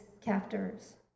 captors